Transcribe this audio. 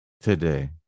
today